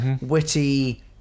witty